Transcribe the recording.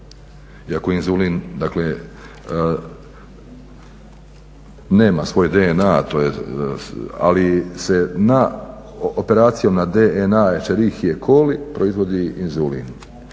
iako je inzulin nema svoj Dna ali se na operacijom na DNA ešerihije coli proizvodi inzulin.